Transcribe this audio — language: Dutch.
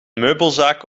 meubelzaak